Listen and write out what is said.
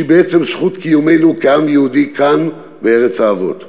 שהיא בעצם זכות קיומנו כעם יהודי כאן, בארץ האבות.